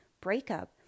breakup